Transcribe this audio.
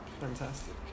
fantastic